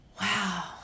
Wow